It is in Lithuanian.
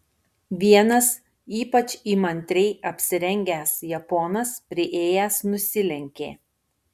vienas ypač įmantriai apsirengęs japonas priėjęs nusilenkė